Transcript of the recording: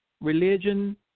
religion